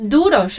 Duro